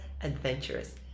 adventurous